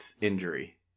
injury